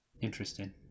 Interesting